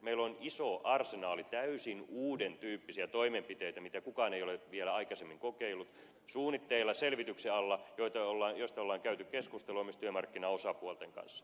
meillä on iso arsenaali täysin uuden tyyppisiä toimenpiteitä joita kukaan ei ole vielä aikaisemmin kokeillut suunnitteilla selvityksen alla ja niistä on käyty keskustelua myös työmarkkinaosapuolten kanssa